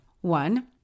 One